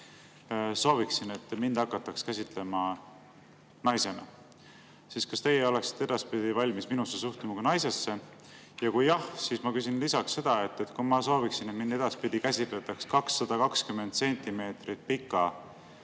sooviksin, et mind hakataks käsitlema naisena, siis kas teie oleksite edaspidi valmis minusse suhtuma kui naisesse. Kui jah, siis ma küsin lisaks seda, et kui ma sooviksin, et mind edaspidi käsitletaks 220 sentimeetrit pika